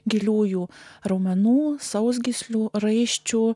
giliųjų raumenų sausgyslių raiščių